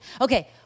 Okay